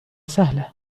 سهلة